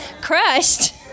crushed